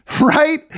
right